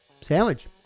Sandwich